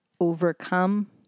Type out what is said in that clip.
overcome